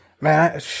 Man